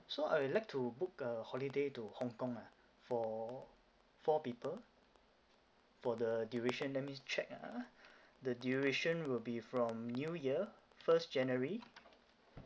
so I would like to book a holiday to hong kong ah for four people for the duration let me check ah the duration will be from new year first january